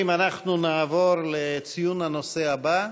חברים, אנחנו נעבור לנושא הבא,